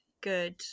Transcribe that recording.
Good